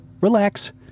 relax